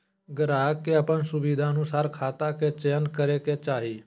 ग्राहक के अपन सुविधानुसार खाता के चयन करे के चाही